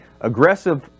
Aggressive